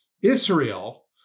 Israel